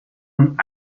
und